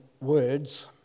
words